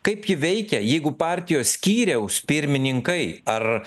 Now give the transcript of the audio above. kaip ji veikia jeigu partijos skyriaus pirmininkai ar